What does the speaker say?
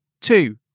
two